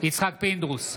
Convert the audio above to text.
יצחק פינדרוס,